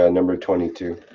ah number twenty two.